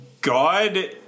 God